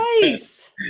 Nice